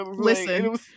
listen